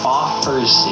offers